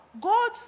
God